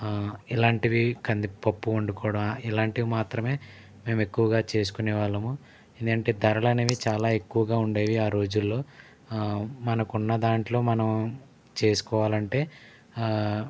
ఇలాంటివి కందిపప్పు వండుకోవడం ఇలాంటివి మాత్రమే మేము ఎక్కువగా చేసుకునేవాళ్ళము ఏంటి ధరలనేవి చాలా ఎక్కువగా ఉండేవి ఆ రోజుల్లో మనకున్న దాంట్లో మనం చేసుకోవాలంటే